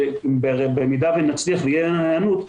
במידה ונצליח ותהיה היענות,